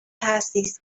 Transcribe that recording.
تأسیس